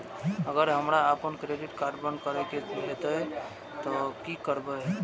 अगर हमरा आपन क्रेडिट कार्ड बंद करै के हेतै त की करबै?